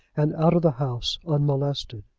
and out of the house, unmolested.